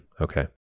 Okay